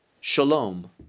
Shalom